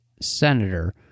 senator